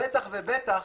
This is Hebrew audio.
ובטח ובטח